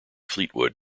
fleetwood